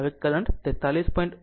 હવે આ કરંટ 43